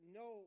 no